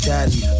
Daddy